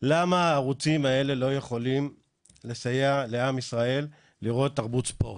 למה הערוצים האלה לא יכולים לסייע לעם ישראל לראות תרבות ספורט?